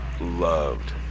loved